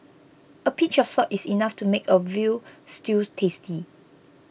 a pinch of salt is enough to make a Veal Stew tasty